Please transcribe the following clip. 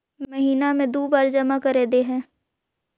महिना मे दु बार जमा करदेहिय?